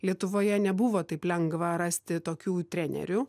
lietuvoje nebuvo taip lengva rasti tokių trenerių